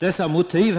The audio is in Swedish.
Herr talman!